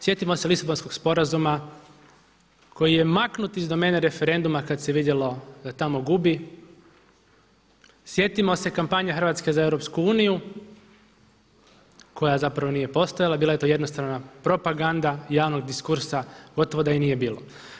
Sjetimo se Lisabonskog sporazuma koji je maknut iz domene referenduma kada se vidjelo da tamo gubi, sjetimo se kampanje Hrvatske za EU koja zapravo nije postojala, bila je to jednostavna propaganda javnog diskursa, gotovo da je nije ni bilo.